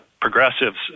progressives